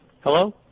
Hello